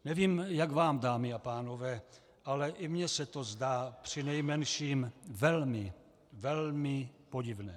Nevím, jak vám, dámy a pánové, ale i mně se to zdá přinejmenším velmi podivné.